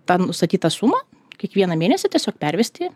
tą nustatytą sumą kiekvieną mėnesį tiesiog pervesti